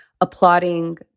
applauding